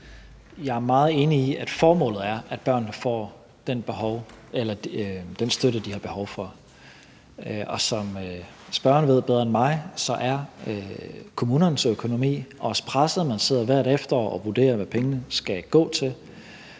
Jeg er meget enig i, at formålet er, at børnene får den støtte, de har behov for. Som spørgeren ved bedre end mig, er kommunernes økonomi også presset; man sidder hvert efterår og vurderer, hvad pengene skal gå til.